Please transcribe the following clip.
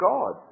God